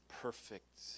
perfect